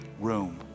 room